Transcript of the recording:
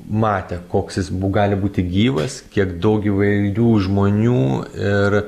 matė koks jis bu gali būti gyvas kiek daug įvairių žmonių ir